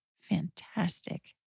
fantastic